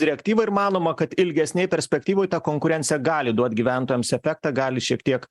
direktyva ir manoma kad ilgesnėj perspektyvoj ta konkurencija gali duot gyventojams efektą gali šiek tiek